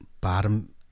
bottom